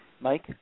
Mike